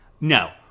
No